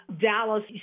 Dallas